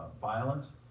violence